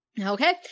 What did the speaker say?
Okay